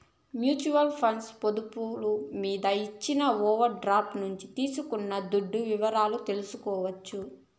mutual funds పొదుపులు మీద ఇచ్చిన ఓవర్ డ్రాఫ్టు నుంచి తీసుకున్న దుడ్డు వివరాలు తెల్సుకోవచ్చు